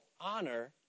honor